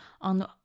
on